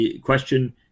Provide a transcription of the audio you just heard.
question